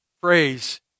phrase